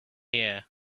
here